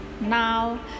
now